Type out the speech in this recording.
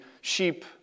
sheep